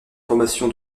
formation